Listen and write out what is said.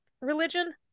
religion